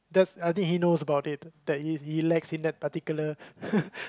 that's I think he knows about it that he he lacks in that particular